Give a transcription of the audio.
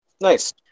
nice